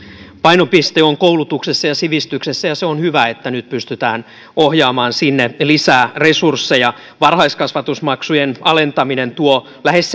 painopiste on koulutuksessa ja sivistyksessä ja on hyvä että nyt pystytään ohjaamaan sinne lisää resursseja esimerkiksi varhaiskasvatusmaksujen alentaminen tuo lähes